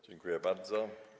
Dziękuję bardzo.